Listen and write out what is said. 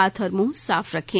हाथ और मुंह साफ रखें